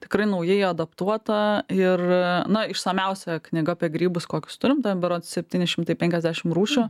tikrai naujai adaptuota ir na išsamiausia knyga apie grybus kokius turim berods septyni šimtai penkiasdešimt rūšių